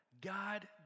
god